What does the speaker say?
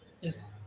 Yes